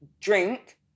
drink